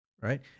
Right